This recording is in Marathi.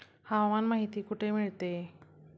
हवामान माहिती कुठे मिळते?